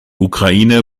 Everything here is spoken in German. ukraine